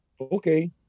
okay